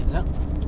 ah